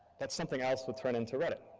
that something else would turn into reddit.